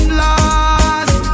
lost